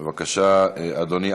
בבקשה, אדוני.